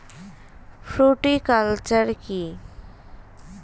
Fruticulture কী?